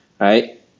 right